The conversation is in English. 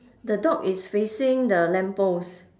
the dog is facing the lamp post